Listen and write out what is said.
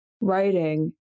writing